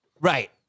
Right